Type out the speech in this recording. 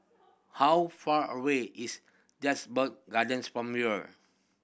how far away is Gardens from here